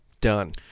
Done